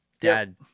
dad